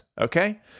Okay